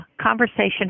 conversation